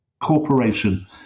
corporation